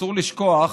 אסור לשכוח